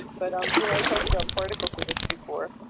but um you know i talked about particle physics before,